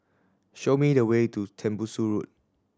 show me the way to Tembusu Park